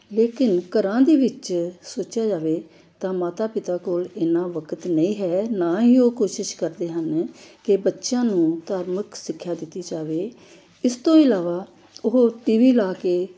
ਲੇਕਿਨ ਘਰਾਂ ਦੇ ਵਿੱਚ ਸੋਚਿਆ ਜਾਵੇ ਤਾਂ ਮਾਤਾ ਪਿਤਾ ਕੋਲ ਇੰਨਾਂ ਵਕਤ ਨਹੀਂ ਹੈ ਨਾ ਹੀ ਉਹ ਕੋਸ਼ਿਸ਼ ਕਰਦੇ ਹਨ ਕਿ ਬੱਚਿਆਂ ਨੂੰ ਧਾਰਮਿਕ ਸਿੱਖਿਆ ਦਿੱਤੀ ਜਾਵੇ ਇਸ ਤੋਂ ਇਲਾਵਾ ਉਹ ਟੀਵੀ ਲਾ ਕੇ